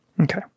Okay